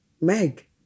Meg